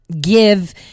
give